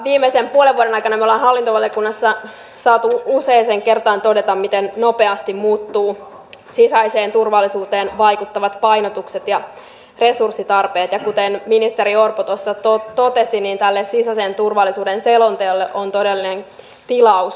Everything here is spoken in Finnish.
viimeisen puolen vuoden aikana me olemme hallintovaliokunnassa saaneet useaan kertaan todeta miten nopeasti muuttuvat sisäiseen turvallisuuteen vaikuttavat painotukset ja resurssitarpeet ja kuten ministeri orpo tuossa totesi tälle sisäisen turvallisuuden selonteolle on todellinen tilaus